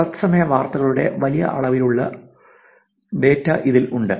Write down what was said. തത്സമയ വാർത്തകളുടെ വലിയ അളവിലുള്ള ഡാറ്റ ഇതിൽ ഉണ്ട്